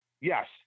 Yes